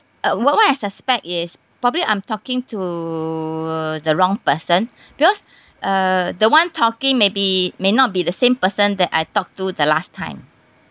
uh what what I suspect is probably I'm talking to the wrong person because uh the one talking maybe may not be the same person that I talked to the last time